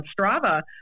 Strava